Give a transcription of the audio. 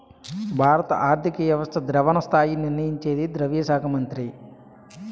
భారత ఆర్థిక వ్యవస్థ ద్రవణ స్థాయి నిర్ణయించేది ద్రవ్య శాఖ మంత్రి